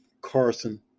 Carson